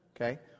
Okay